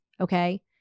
okay